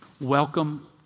Welcome